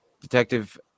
Detective